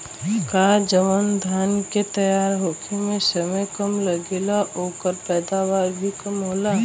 का जवन धान के तैयार होखे में समय कम लागेला ओकर पैदवार भी कम होला?